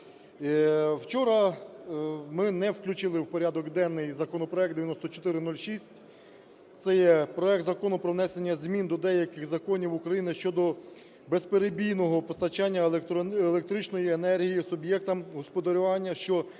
Вчора ми не включили в порядок денний законопроект 9406 – це є проект Закону про внесення змін до деяких законів України щодо безперебійного постачання електричної енергії суб'єктам господарювання,